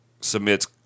submits